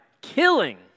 killing